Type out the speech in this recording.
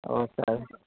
okay okay